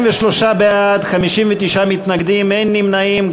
43 בעד, 59 מתנגדים, אין נמנעים.